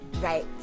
right